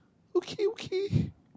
okay okay